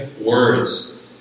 words